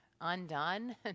undone